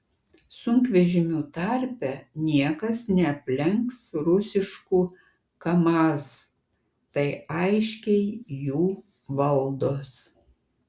sunkvežimių tarpe niekas neaplenks rusiškų kamaz tai aiškiai jų valdos